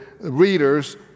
readers